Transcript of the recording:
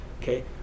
okay